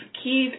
key